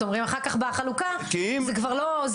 אומרים שאחר כך בחלוקה זה כבר לא זה,